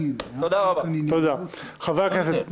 חברי הכנסת,